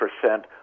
percent